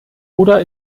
oder